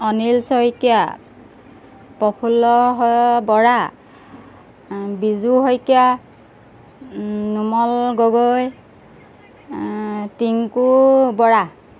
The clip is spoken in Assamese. অনিল শইকীয়া প্ৰফুল্ল হ বৰা বিজু শইকীয়া নোমল গগৈ টিংকু বৰা